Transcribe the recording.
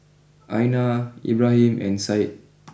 Aina Ibrahim and Syed